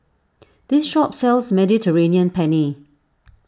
this shop sells Mediterranean Penne